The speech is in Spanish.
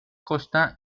costa